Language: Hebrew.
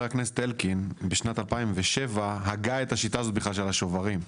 חבר הכנסת אלקין בשנת 2007 הגה את השיטה הזאת בכלל של השוברים.